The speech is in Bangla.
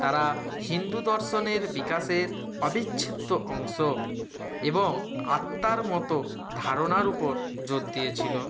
তারা হিন্দু দর্শনের বিকাশের অবিচ্ছেদ্য অংশ এবং আত্মার মতো ধারণার উপর জোর দিয়েছিলো